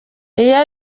iyo